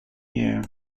year